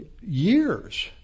years